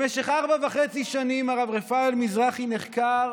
במשך ארבע שנים וחצי הרב רפאל מזרחי נחקר